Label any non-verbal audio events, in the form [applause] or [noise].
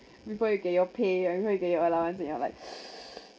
before you get your pay or before you get your allowance and you're like [noise]